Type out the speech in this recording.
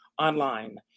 online